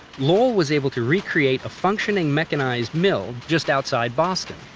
lowell was able to recreate a functioning mechanized mill just outside boston.